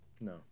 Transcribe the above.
No